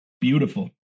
beautiful